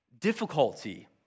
difficulty